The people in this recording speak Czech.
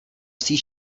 psí